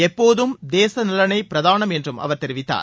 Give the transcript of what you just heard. எப்போதும் தேச நலனே பிரதானம் என்று அவர் தெரிவித்தார்